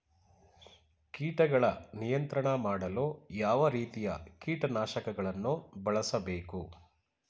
ಕೀಟಗಳ ನಿಯಂತ್ರಣ ಮಾಡಲು ಯಾವ ರೀತಿಯ ಕೀಟನಾಶಕಗಳನ್ನು ಬಳಸಬೇಕು?